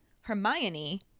Hermione